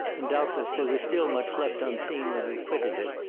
and, doubtless, there was still much left unseen when we quitted it,